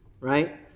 right